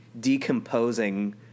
decomposing